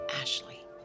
Ashley